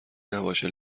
نباشه